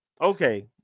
okay